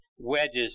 wedges